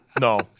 No